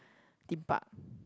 theme park